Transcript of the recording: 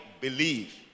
believe